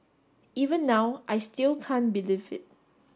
even now I still can't believe it